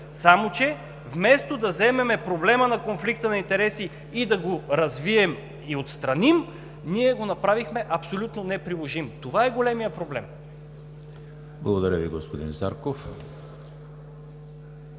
Само че вместо да вземем проблема на конфликта на интереси и да го развием и отстраним, ние го направихме абсолютно неприложим. Това е големият проблем. ПРЕДСЕДАТЕЛ ЕМИЛ ХРИСТОВ: Благодаря Ви, господин Зарков.